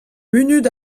munut